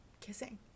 kissing